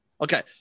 Okay